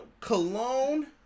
Cologne